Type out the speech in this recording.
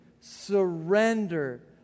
surrender